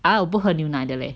!huh! 我不喝牛奶的 leh